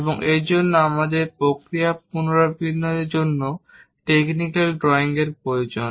এবং এর জন্য আমাদের প্রক্রিয়া পুনরাবৃত্তির জন্য টেকনিক্যাল ড্রয়িং প্রয়োজন